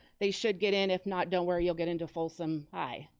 they should get in, if not don't worry you'll get into folsom high.